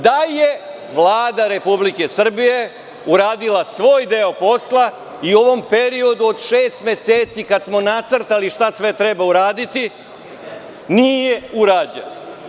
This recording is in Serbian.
Da je Vlada Republike Srbije uradila svoj deo posla i u ovom periodu od šest meseci kada smo nacrtali šta sve treba uraditi, nije urađeno.